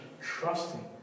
trusting